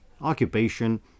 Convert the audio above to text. occupation